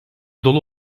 dolu